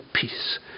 peace